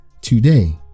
today